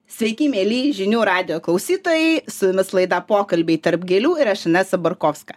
sveiki mieli žinių radijo klausytojai su jumis laida pokalbiai tarp gėlių ir aš inesa barkovska